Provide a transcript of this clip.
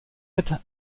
être